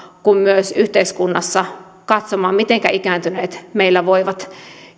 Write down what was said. kuin myös yhteiskunnassa katsomaan mitenkä ikääntyneet meillä voivat